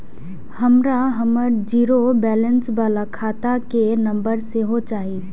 हमरा हमर zero balance बाला खाता के नम्बर सेहो चाही